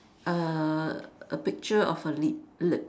uh a picture of a lip lip